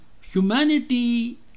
humanity